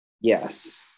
Yes